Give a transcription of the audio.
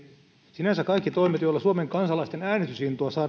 sinänsä kaikki toimet joilla suomen kansalaisten äänestysintoa